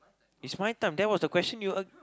it's my time that was the question you a~